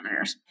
parameters